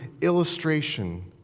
illustration